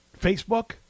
Facebook